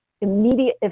immediate